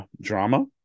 drama